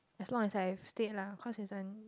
as long as I've stayed lah cause isn't